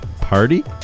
party